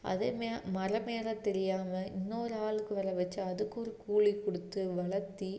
அதேமே மரம் ஏற தெரியாமல் இன்னொரு ஆளுக்கு வேறு வைச்சு அதுக்கொரு கூலி கொடுத்து வளர்த்தி